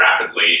rapidly